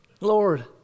Lord